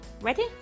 Ready